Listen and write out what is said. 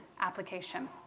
application